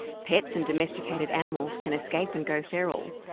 pets and domesticated animals can escape and go feral.